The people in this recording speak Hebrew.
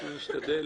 אנחנו נשתדל